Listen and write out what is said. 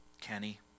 Kenny